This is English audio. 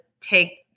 take